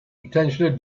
potentially